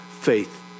faith